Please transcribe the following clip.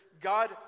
God